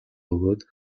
бөгөөд